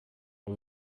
och